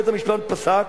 בית-המשפט פסק,